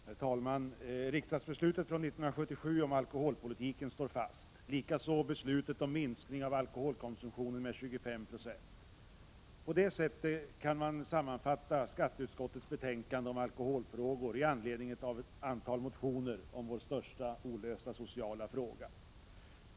Herr talman! Riksdagsbeslutet från 1977 om alkoholpolitiken står fast, likaså beslutet om minskning av alkoholkonsumtionen med 25 96. På det sättet kan man sammanfatta skatteutskottets betänkande om alkoholfrågor i anledning av ett antal motioner om vår största olösta sociala fråga.